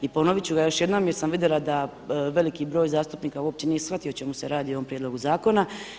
I ponovit ću još jednom jer sam vidjela da veliki broj zastupnika uopće nije shvatio o čemu se radi u ovom prijedlogu zakona.